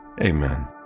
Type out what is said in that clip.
Amen